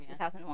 2001